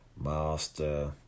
Master